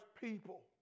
people